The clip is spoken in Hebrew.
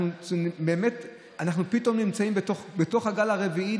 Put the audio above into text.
אנחנו פתאום נמצאים בתוך הגל הרביעי.